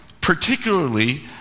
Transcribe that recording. particularly